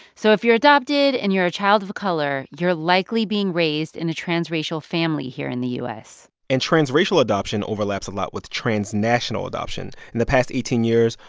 so if you're adopted and you're a child of color, you're likely being raised in a transracial family here in the u s and transracial adoption overlaps a lot with transnational adoption. in the past eighteen years,